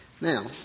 Now